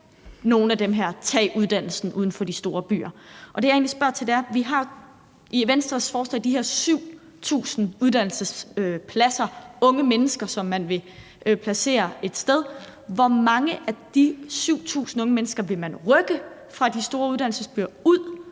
nogle af dem skal tage uddannelsen uden for de store byer, er der noget, jeg godt lige vil spørge ind til: I Venstres forslag skriver man om de her 7.000 uddannelsespladser, altså unge mennesker, som man vil placere et sted, men hvor mange af de 7.000 unge mennesker vil man rykke fra de store uddannelsesbyer og